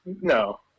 no